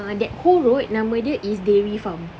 ah that whole road nama dia is dairy farm